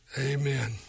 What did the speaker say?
Amen